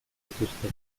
dituzte